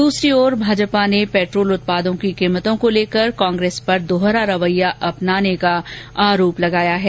दूसरी ओर भाजपा ने पेट्रोल उत्पादों की कीमतों को लेकर कांग्रेस पर दोहरा रवैया अपनाने का आरोप लगाया है